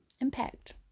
Impact